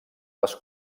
les